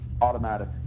Automatic